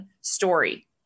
story